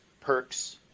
perks